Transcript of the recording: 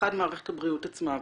האחד זה מערכת הבריאות עצמה,